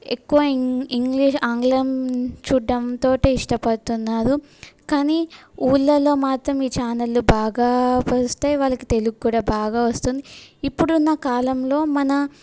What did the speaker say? ఎక్కువ ఇం ఇంగ్లీష్ ఆంగ్లం చూడడం తోటే ఇష్టపడుతున్నారు కానీ ఊళ్ళలో మాతం ఈ ఛానళ్ళు బాగా వస్తాయి వాళ్ళకి తెలుగ్ కూడా బాగా వస్తుంది ఇపుడున్న కాలంలో మన